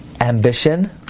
ambition